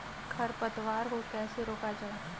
खरपतवार को कैसे रोका जाए?